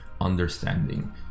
understanding